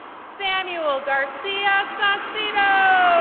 samuel garcia saucedo